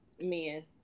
men